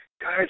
guys